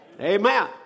Amen